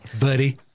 Buddy